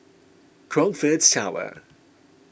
Crockfords Tower